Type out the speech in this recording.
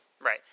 Right